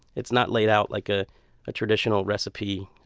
it's not laid out like a ah traditional recipe